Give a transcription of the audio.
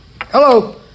Hello